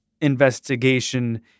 investigation